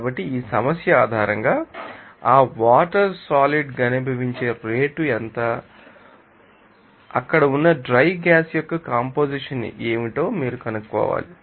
కాబట్టి ఈ సమస్య ఆధారంగా ఆ వాటర్ సాలిడ్ గనిభవించే రేటు ఎంత మరియు అక్కడ ఉన్న డ్రై గ్యాస్ యొక్క కంపొజిషన్ ఏమిటి అని మీరు కనుగొనాలి